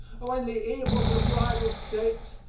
when the evils of rival states,